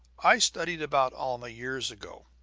i studied about alma years ago.